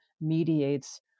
mediates